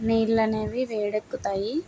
నీళ్లనేవి వేడెక్కుతాయి